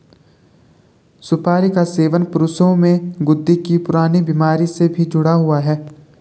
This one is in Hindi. सुपारी का सेवन पुरुषों में गुर्दे की पुरानी बीमारी से भी जुड़ा हुआ है